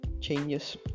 changes